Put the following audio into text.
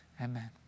amen